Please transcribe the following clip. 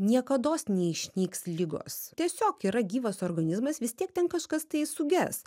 niekados neišnyks ligos tiesiog yra gyvas organizmas vis tiek ten kažkas tai suges